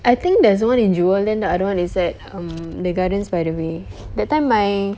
I think there's one in jewel then the other one is at um the gardens by the bay that time my